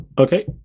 Okay